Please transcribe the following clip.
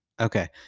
Okay